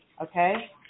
Okay